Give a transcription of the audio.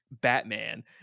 batman